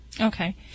Okay